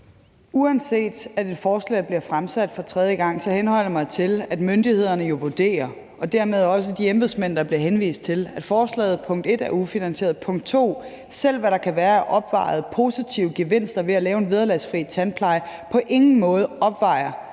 Uanset at et forslag bliver fremsat for tredje gang, henholder jeg mig til, at myndighederne jo vurderer – og dermed også de embedsmænd, der bliver henvist til – punkt 1, at forslaget er ufinansieret, og punkt 2, at selv hvad der kan være af opvejede positive gevinster ved at lave en vederlagsfri tandpleje, på ingen måde opvejer,